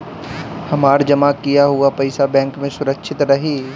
हमार जमा किया हुआ पईसा बैंक में सुरक्षित रहीं?